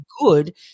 good